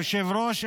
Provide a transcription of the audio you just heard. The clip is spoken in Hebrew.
היושב-ראש,